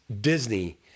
Disney